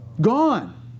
Gone